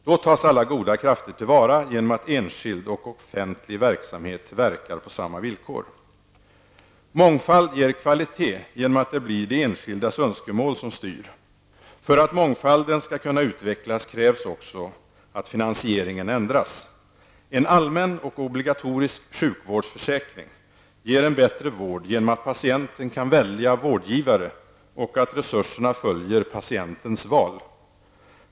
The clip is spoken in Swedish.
Då tas alla goda krafter till vara genom att enskild och offentlig verksamhet verkar på samma villkor. Mångfald ger kvalitet genom att det blir de enskildas önskemål som styr. För att mångfalden skall kunna utvecklas krävs att också finansieringen ändras. En allmän och obligatorisk sjukvårdsförsäkring ger en bättre vård genom att patienten kan välja vårdgivare och att resurserna följer patientens val.